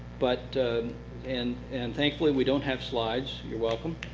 but and and thankfully, we don't have slides. you're welcome.